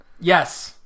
yes